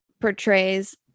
portrays